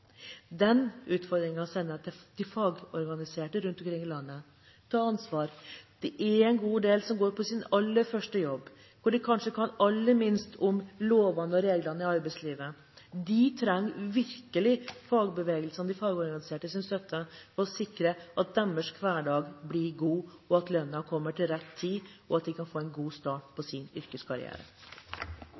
Den utfordringen sender jeg til de fagorganiserte rundt omkring i landet. Ta ansvar! Det er en god del som går til sin aller første jobb, og det er da de kanskje kan aller minst om lovene og reglene i arbeidslivet. De trenger virkelig fagbevegelsen og de fagorganisertes støtte for å sikre at deres hverdag blir god, at lønnen kommer til rett tid, og at de kan få en god start på sin yrkeskarriere.